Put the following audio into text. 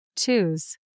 Choose